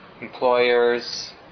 employers